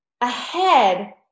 ahead